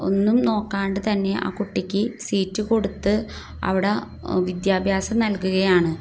ഒന്നും നോക്കാണ്ട് തന്നെ ആ കുട്ടിക്ക് സീറ്റ് കൊടുത്ത് അവിടെ വിദ്യാഭ്യാസം നൽകുകയാണ്